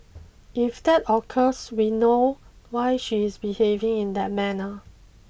if that occurs we know why she is behaving in that manner